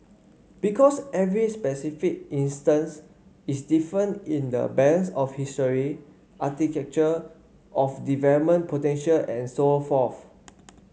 because every specific instance is different in the balance of history architecture of development potential and so forth